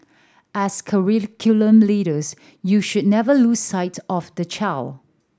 as curriculum leaders you should never lose sight of the child